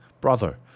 brother